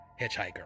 Hitchhiker